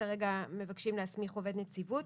כרגע מבקשים להסמיך עובד נציבות,